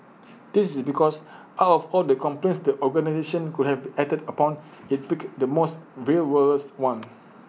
this is because out of all the complaints the organisation could have acted upon IT picked the most frivolous one